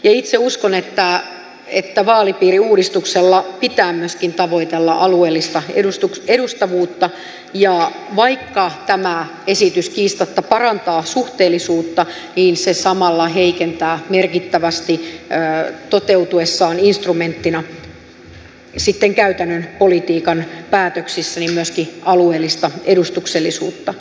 itse uskon että vaalipiiriuudistuksella pitää tavoitella myöskin alueellista edustavuutta ja vaikka tämä esitys kiistatta parantaa suhteellisuutta niin se samalla heikentää merkittävästi toteutuessaan instrumenttina sitten käytännön politiikan päätöksissä myöskin alueellista edustuksellisuutta